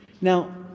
Now